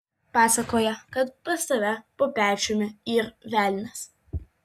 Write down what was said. pasakoja kad pas tave po pečiumi yr velnias